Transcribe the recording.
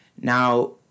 Now